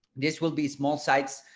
this will be small sites,